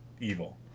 evil